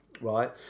right